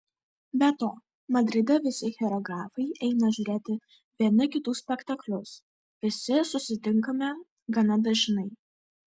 be to madride visi choreografai eina žiūrėti vieni kitų spektaklius visi susitinkame gana dažnai